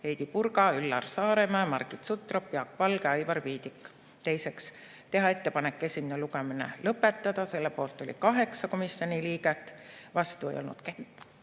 Heidy Purga, Üllar Saaremäe, Margit Sutrop, Jaak Valge, Aivar Viidik. Teiseks, teha ettepanek esimene lugemine lõpetada. Selle poolt oli 8 komisjoni liiget, vastu ei olnud